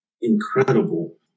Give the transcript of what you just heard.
incredible